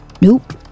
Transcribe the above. Nope